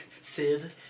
Sid